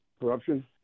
corruption